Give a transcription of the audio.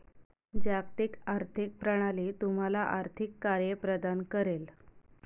जागतिक आर्थिक प्रणाली तुम्हाला आर्थिक कार्ये प्रदान करेल